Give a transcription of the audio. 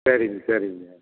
சரிங்க சரிங்க